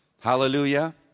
Hallelujah